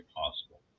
possible